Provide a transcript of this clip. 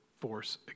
force